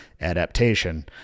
adaptation